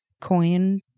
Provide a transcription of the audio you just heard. coin